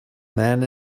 man